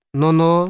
nono